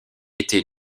était